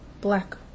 Black